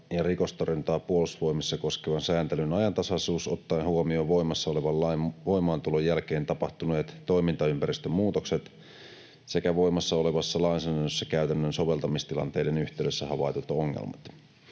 ja rikostorjuntaa Puolustusvoimissa koskevan sääntelyn ajantasaisuus ottaen huomioon voimassa olevan lain voimaantulon jälkeen tapahtuneet toimintaympäristön muutokset sekä voimassa olevassa lainsäädännössä käytännön soveltamistilanteiden yhteydessä havaitut ongelmat.